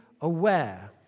aware